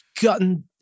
gotten